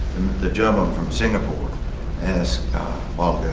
the gentleman from singapore asked ah